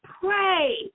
pray